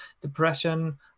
Depression